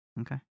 Okay